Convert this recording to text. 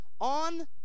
on